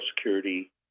Security